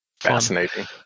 Fascinating